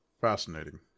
Fascinating